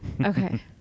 Okay